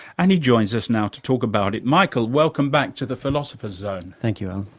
and he joins us now to talk about it. michael, welcome back to the philosopher's zone. thank you, alan.